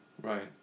Right